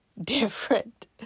different